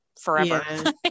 forever